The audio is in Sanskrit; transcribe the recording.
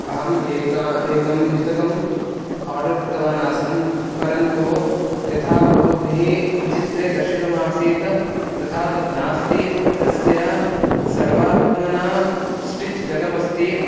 अहम् एका एकं युतकम् आर्डर् कृतवान् आसं परन्तु यथा भबद्भिः चित्रे दर्शितमासीत् तथा तत् नास्ति तस्य सर्वात्माना स्टिच् गतमस्ति